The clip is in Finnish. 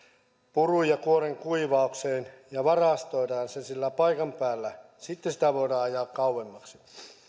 purun ja kuoren kuivaukseen ja varastoidaan se siellä paikan päällä sitten sitä voidaan ajaa kauemmaksi